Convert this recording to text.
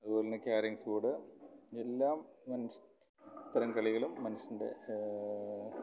അതുപോലെ തന്നെ carroms board എല്ലാം തരം കളികളും മനുഷ്യൻ്റെ